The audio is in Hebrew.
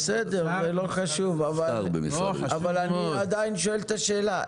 אבל אני עדיין שואל את השאלה,